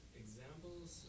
examples